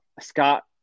Scott